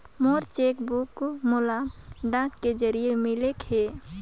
मोर cheque book मोला डाक के जरिए मिलगे हे